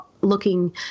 looking